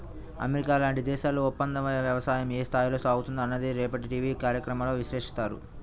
America లాంటి దేశాల్లో ఒప్పందవ్యవసాయం ఏ స్థాయిలో సాగుతుందో అన్నది రేపటి టీవీ కార్యక్రమంలో విశ్లేషిస్తారు